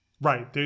Right